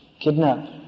kidnap